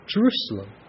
Jerusalem